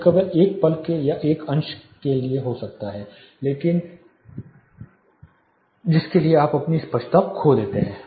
यह केवल एक पल के अंश के लिए हो सकता है जिसके लिए आप अपनी स्पष्टता खो देते हैं